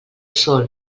sòl